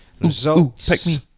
Results